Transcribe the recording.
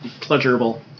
pleasurable